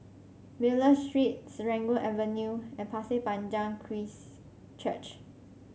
Miller Street Serangoon Avenue and Pasir Panjang Christ Church